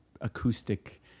acoustic